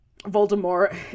Voldemort